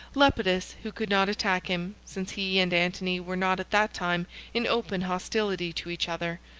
lepidus, who could not attack him, since he and antony were not at that time in open hostility to each other,